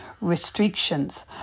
restrictions